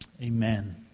amen